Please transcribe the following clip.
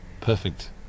perfect